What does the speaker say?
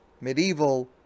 medieval